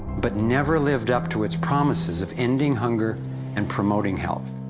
but never lived up to its promises of ending hunger and promoting health.